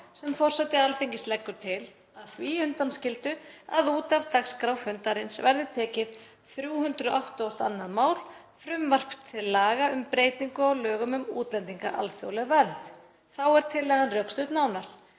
sem forseti Alþingis leggur til, að því undanskildu að út af dagskrá fundarins verði tekið 382. mál, frumvarp til laga um breytingu á lögum um útlendinga, alþjóðleg vernd.“ — Þá er tillagan rökstudd nánar